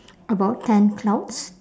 about ten clouds